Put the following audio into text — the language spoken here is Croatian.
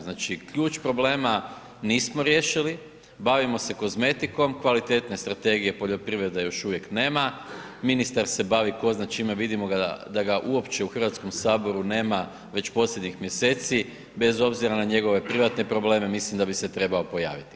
Znači ključ problema nismo riješili, bavili smo kozmetikom, kvalitetne strategije poljoprivrede još uvijek nema, ministar se bavi ko zna čime, vidimo da ga uopće u Hrvatskom saboru nema već posljednjih mjeseci, bez obzira na njegove privatne probleme, mislim da bi se trebao pojaviti.